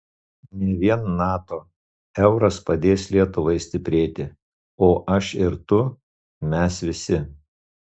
ne vien nato euras padės lietuvai stiprėti o aš ir tu mes visi